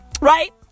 right